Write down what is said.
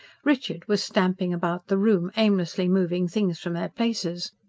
richard was stamping about the room, aimlessly moving things from their places.